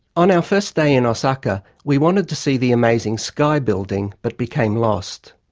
on our first day in osaka we wanted to see the amazing sky building but became lost.